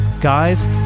Guys